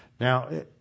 Now